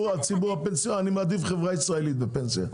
אני מעדיף חברה ישראלית בפנסיה.